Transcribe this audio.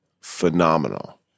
phenomenal